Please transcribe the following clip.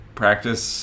practice